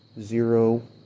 Zero